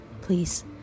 please